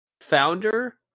founder